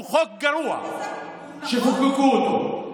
הוא חוק גרוע שחוקקו אותו.